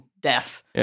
death